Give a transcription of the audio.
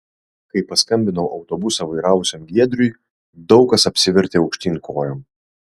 kai paskambinau autobusą vairavusiam giedriui daug kas apsivertė aukštyn kojom